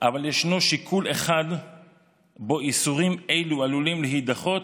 אבל יש שיקול אחד שבו איסורים אלה עלולים להידחות: